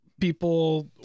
people